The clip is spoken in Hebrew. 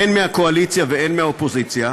הן מהקואליציה והן מהאופוזיציה,